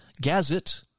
Gazette